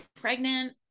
pregnant